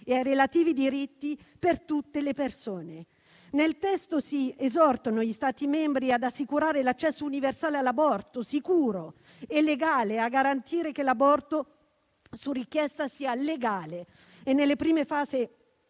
e ai relativi diritti per tutte le persone. Nel testo si esortano gli Stati membri ad assicurare l'accesso universale all'aborto sicuro e legale e a garantire che l'aborto su richiesta sia legale nelle prime fasi